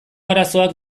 arazoak